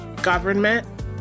government